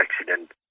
accident